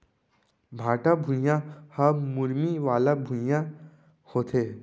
भाठा भुइयां ह मुरमी वाला भुइयां होथे